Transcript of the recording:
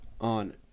On